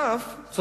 נוסף על כך,